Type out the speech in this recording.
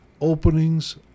openings